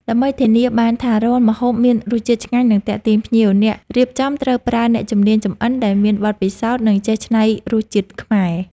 ដើម្បីធានាបានថារាល់ម្ហូបមានរសជាតិឆ្ងាញ់ និងទាក់ទាញភ្ញៀវ អ្នករៀបចំត្រូវប្រើអ្នកជំនាញចម្អិនដែលមានបទពិសោធន៍ និងចេះច្នៃរសជាតិខ្មែរ។